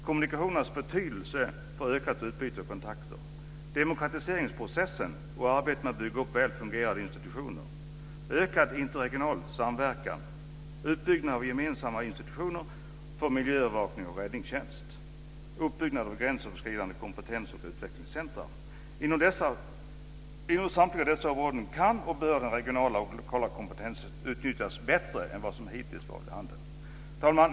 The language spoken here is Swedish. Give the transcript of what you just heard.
Kommunikationernas betydelse för ökat utbyte och kontakter, - demokratiseringsprocessen och arbetet med att bygga upp väl fungerande institutioner, Inom samtliga dessa områden både kan och bör den regionala och lokala kompetensen utnyttjas på ett bättre sätt än vad som hittills varit vid handen. Fru talman!